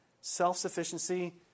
self-sufficiency